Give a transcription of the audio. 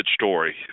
story